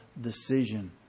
decision